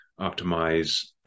optimize